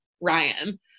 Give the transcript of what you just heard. Ryan